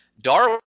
Darwin